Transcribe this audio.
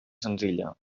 senzilla